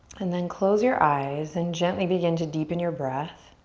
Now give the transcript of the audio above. and then close your eyes and gently begin to deepen your breath.